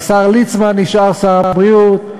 והשר ליצמן נשאר שר הבריאות,